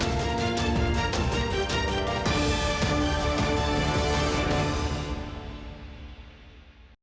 Дякую.